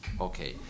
Okay